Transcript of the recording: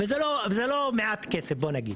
וזה לא מעט כסף, בואו נגיד.